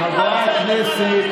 חברי הכנסת,